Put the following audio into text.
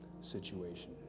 situation